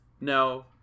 no